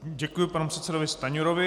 Děkuji panu předsedovi Stanjurovi.